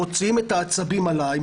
מוציאים עליה את העצבים והיא